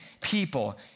people